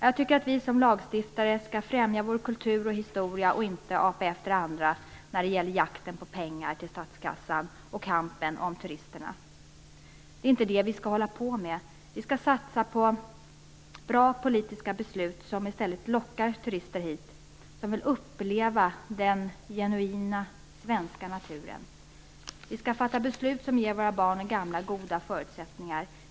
Jag tycker att vi som lagstiftare skall främja vår kultur och historia och inte apa efter andra i jakten på pengar till statskassan och kampen om turisterna. Det är inte det vi skall hålla på med. Vi skall satsa på bra politiska beslut som i stället lockar hit turister som vill uppleva den genuina svenska naturen. Vi skall fatta beslut som ger våra barn och gamla goda förutsättningar.